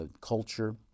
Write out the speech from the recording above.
culture